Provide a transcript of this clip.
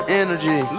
energy